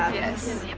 yes. yeah.